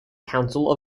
council